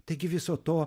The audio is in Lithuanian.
taigi viso to